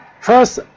first